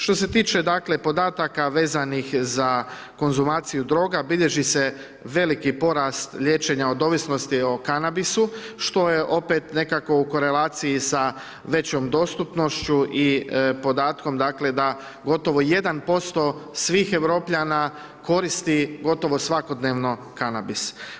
Što se tiče dakle, podataka, vezanih za konzumaciju droga, bilježi se veliki porast liječenja od ovisnosti o kanabisu, što je opet nekako u korelaciji sa većom dostupnošću i podatku, dakle, da, gotovo 1% svih Europljana koristi gotovo svakodnevno kanabis.